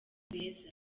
beza